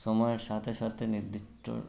সময়ের সাথে সাথে নির্দিষ্ট